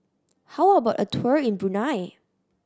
how about a tour in Brunei